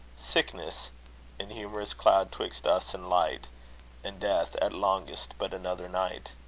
sickness an humorous cloud twist us and light and death, at longest, but another night.